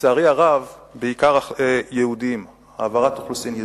לצערי הרב בעיקר יהודים, העברת אוכלוסין יהודית.